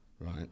right